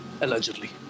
allegedly